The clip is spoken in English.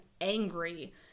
angry